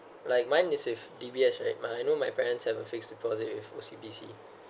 like mine is with D_B_S right my I know my parents have a fixed deposit with O_C_B_C